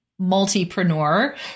multipreneur